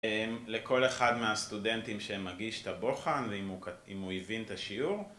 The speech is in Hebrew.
לכל אחד מהסטודנטים שהם מגיש את הבוחן, ואם הוא הבין את השיעור,